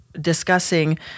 discussing